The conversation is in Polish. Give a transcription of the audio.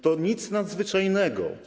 To nic nadzwyczajnego.